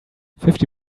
fifty